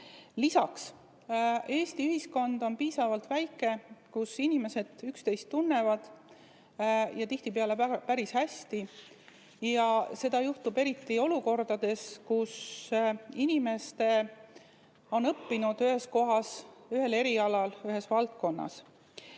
Lisaks on Eesti ühiskond piisavalt väike, nii et inimesed tunnevad üksteist ja tihtipeale päris hästi. Seda juhtub eriti olukordades, kus inimesed on õppinud ühes kohas ühel erialal ühes valdkonnas.